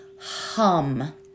hum